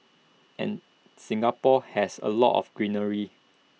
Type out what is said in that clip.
and Singapore has A lot of greenery